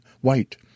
White